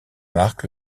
marque